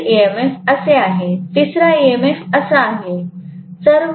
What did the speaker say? पुढील ईएमएफ असे आहे तिसरा ईएमएफ असा आहे